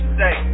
say